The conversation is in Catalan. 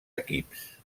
equips